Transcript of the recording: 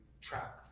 track